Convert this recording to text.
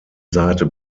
seite